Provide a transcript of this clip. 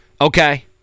Okay